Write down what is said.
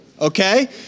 okay